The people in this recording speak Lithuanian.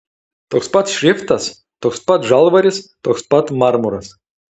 toks pat šriftas toks pat žalvaris toks pat marmuras